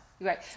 Right